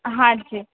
હા જી